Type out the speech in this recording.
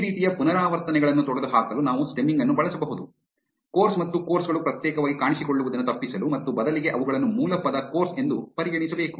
ಈ ರೀತಿಯ ಪುನರಾವರ್ತನೆಗಳನ್ನು ತೊಡೆದುಹಾಕಲು ನಾವು ಸ್ಟೆಮ್ಮಿಂಗ್ ಅನ್ನು ಬಳಸಬಹುದು ಕೋರ್ಸ್ ಮತ್ತು ಕೋರ್ಸ್ ಗಳು ಪ್ರತ್ಯೇಕವಾಗಿ ಕಾಣಿಸಿಕೊಳ್ಳುವುದನ್ನು ತಪ್ಪಿಸಲು ಮತ್ತು ಬದಲಿಗೆ ಅವುಗಳನ್ನು ಮೂಲ ಪದ ಕೋರ್ಸ್ ಎಂದು ಪರಿಗಣಿಸಬೇಕು